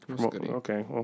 Okay